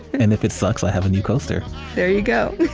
and if it sucks, i have a new coaster there you go